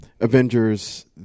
Avengers